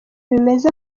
bimeze